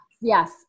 Yes